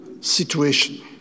situation